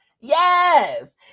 yes